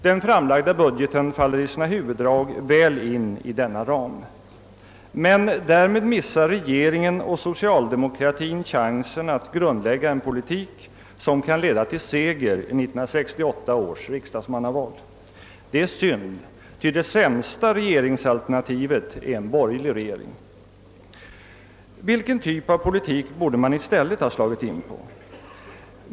Den framlagda budgeten faller i sina huvuddrag väl in i denna ram. Därmed missar regeringen och socialdemokratien chansen att grundlägga en politik som kan leda till seger i 1968 års riksdagsmannaval. Det är synd, ty det sämsta regeringsalternativet är en borgerlig regering. Vilken typ av politik borde man i stället ha slagit in på?